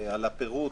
הפירוט.